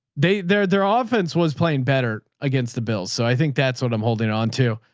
they, their, their ah offense was playing better against the bills. so i think that's what i'm holding on to.